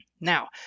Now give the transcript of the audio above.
now